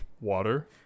water